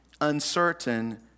uncertain